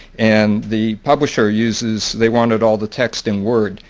and the publisher uses they wanted all the text in word.